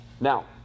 Now